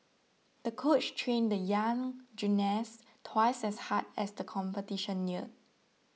the coach trained the young gymnast twice as hard as the competition neared